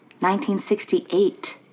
1968